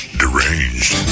deranged